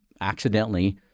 accidentally